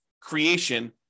creation